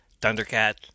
Thundercats